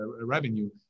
revenue